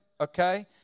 okay